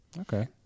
Okay